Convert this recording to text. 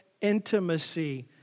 intimacy